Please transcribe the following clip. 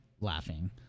Laughing